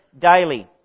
daily